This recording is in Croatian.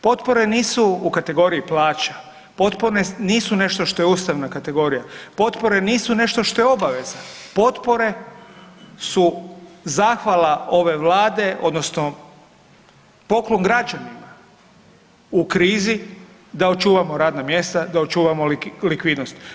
Potpore nisu u kategoriji plaća, potpore nisu nešto što je ustavna kategorija, potpore nisu nešto što je obaveza, potpore su zahvala ove Vlade odnosno poklon građanima u krizi da očuvamo radna mjesta, da očuvamo likvidnost.